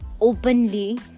openly